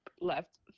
left